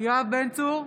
יואב בן צור,